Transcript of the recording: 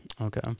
Okay